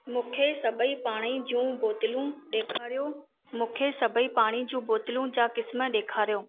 मबंखे सभई पाणी जूं बोतलूं ॾेखारियो मूंखे सभई पाणी जूं बोतलूं जा किस्मु ॾेखारियो